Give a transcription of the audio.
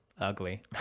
ugly